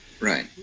Right